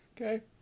Okay